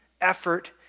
effort